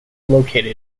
located